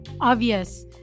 obvious